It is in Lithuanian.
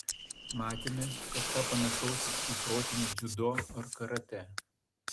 matėme kažką panašaus į protinį dziudo ar karatė